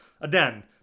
again